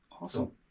Awesome